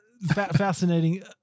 fascinating